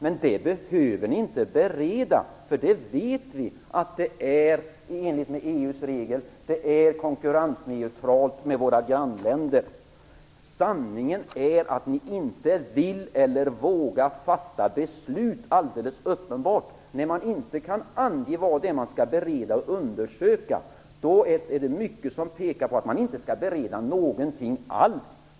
Men det behöver ni inte bereda, därför att vi vet att det här är i enlighet med EU:s regel. Det är konkurrensneutralt i förhållande till våra grannländer. Sanningen är att ni inte vill eller inte vågar fatta beslut; det är alldeles uppenbart. När man inte kan ange vad det är som skall beredas och undersökas, är det mycket som pekar mot att ingenting alls skall beredas.